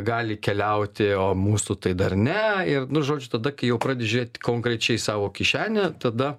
gali keliauti o mūsų tai dar ne ir nu žodžiu tada kai jau pradedi žiūrėti konkrečiai savo kišenę tada